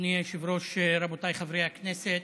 אדוני היושב-ראש, רבותיי חברי הכנסת,